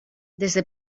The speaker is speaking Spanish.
desde